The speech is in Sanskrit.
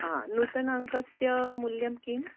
हा नूतनाङ्कस्या मूल्यं किं